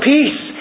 Peace